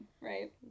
right